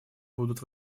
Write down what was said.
будут